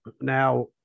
now